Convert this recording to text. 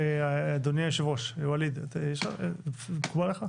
אדוני יושב הראש, ווליד, מקובל עליך?